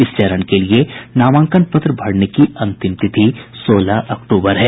इस चरण के लिए नामांकन पत्र भरने की अंतिम तिथि सोलह अक्टूबर है